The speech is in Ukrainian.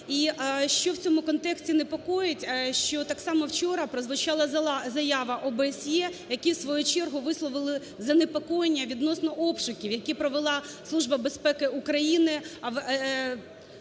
що в цьому контексті непокоїть, що так само вчора прозвучала заява ОБСЄ, які в свою чергу висловили занепокоєння відносно обшуків, які провела